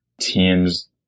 teams